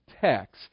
text